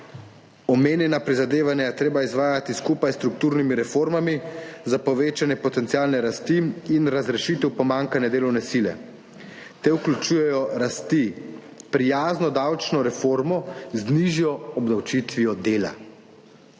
»Omenjena prizadevanja je treba izvajati skupaj s strukturnimi reformami za povečanje potencialne rasti in razrešitev pomanjkanja delovne sile, te vključujejo rasti: prijazno davčno reformo z nižjo obdavčitvijo dela.